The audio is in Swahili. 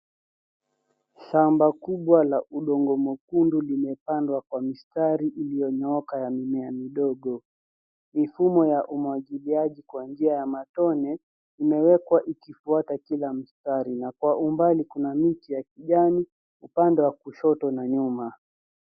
Shamba kubwa la udongo mwekundu limepandwa kwa iliyonyooka ya mimea midogo. Mifumo ya umwagiliaji kwa njia ya matone umewekwa ukufuata kila mstari na kwa umbali kuna miti ya kijani upande wa kushoto na nyuma.